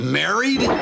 married